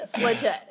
legit